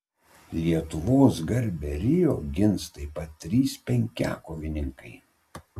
lietuvos garbę rio gins taip pat trys penkiakovininkai